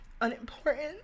unimportant